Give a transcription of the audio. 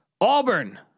Auburn